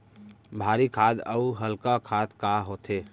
भारी खाद अऊ हल्का खाद का होथे?